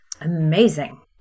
amazing